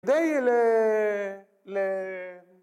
די ל... ל...